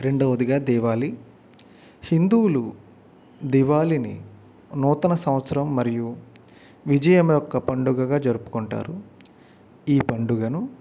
రెండవదిగా దీవాళి హిందువులు దివాళిని నూతన సంవత్సరం మరియు విజయం యొక్క పండుగగా జరుపుకుంటారు ఈ పండుగను